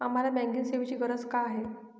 आम्हाला बँकिंग सेवेची गरज का आहे?